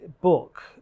book